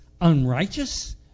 unrighteous